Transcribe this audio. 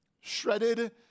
shredded